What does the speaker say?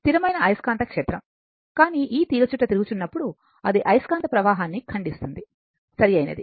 స్థిరమైన అయస్కాంత క్షేత్రం కానీ ఈ తీగచుట్ట తిరుగుతున్నప్పుడు అది అయస్కాంత ప్రవాహాన్ని ఖండిస్తుంది సరియైనది